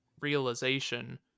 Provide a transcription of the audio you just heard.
realization